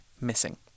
missing